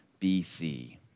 BC